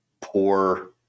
poor